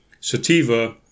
sativa